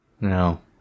No